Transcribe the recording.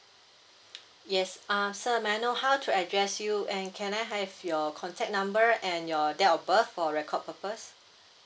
yes err sir may I know how to address you and can I have your contact number and your date of birth for record purpose